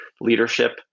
leadership